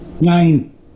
Nine